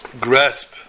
grasp